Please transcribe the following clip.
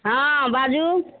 हँ बाजू